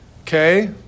okay